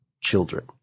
children